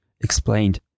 explained